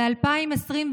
ב-2021,